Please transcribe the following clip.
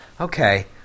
okay